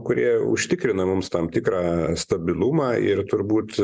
kurie užtikrina mums tam tikrą stabilumą ir turbūt